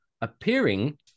appearing